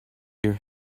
your